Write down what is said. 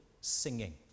singing